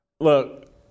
Look